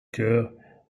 cœur